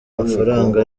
mafaranga